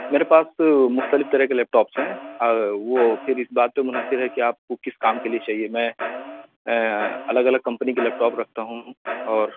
میرے پاس مختلف طرح کے لیپ ٹاپس ہیں وہ پھر اس بات پہ منحصر ہے کہ آپ کو کس کام کے لیے چاہیے میں الگ الگ کمپنی کے لیپ ٹاپ رکھتا ہوں اور